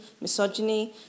misogyny